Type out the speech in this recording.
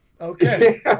okay